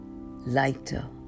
lighter